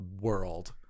world